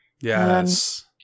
Yes